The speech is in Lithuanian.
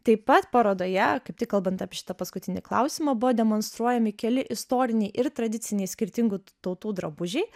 taip pat parodoje kaip tik kalbant apie šitą paskutinį klausimą buvo demonstruojami keli istoriniai ir tradiciniai skirtingų tautų drabužiai